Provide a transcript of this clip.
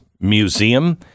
Museum